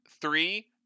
three